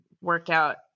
workout